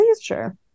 sure